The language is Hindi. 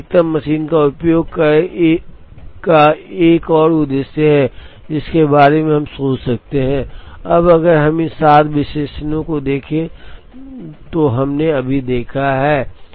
इसलिए अधिकतम मशीन का उपयोग एक और उद्देश्य है जिसके बारे में हम सोच सकते हैं अब अगर हम इन 7 विशेषणों को देखें तो हमने अभी देखा है